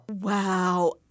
Wow